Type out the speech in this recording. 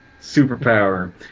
Superpower